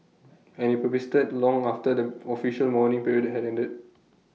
and IT long after the official mourning period had ended